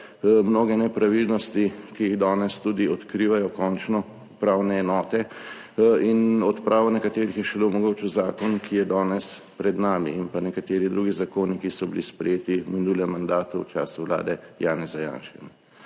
mnoge nepravilnosti, ki jih danes tudi odkrivajo, končno, upravne enote in odpravo nekaterih je omogočil šele zakon, ki je danes pred nami, in pa nekateri drugi zakoni, ki so bili sprejeti v minulem mandatu, v času vlade Janeza Janše,